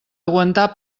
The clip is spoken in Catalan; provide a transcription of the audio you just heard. aguantar